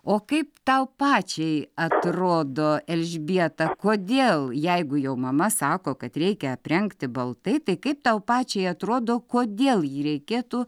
o kaip tau pačiai atrodo elžbieta kodėl jeigu jau mama sako kad reikia aprengti baltai tai kaip tau pačiai atrodo kodėl jį reikėtų